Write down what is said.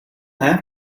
have